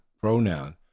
pronoun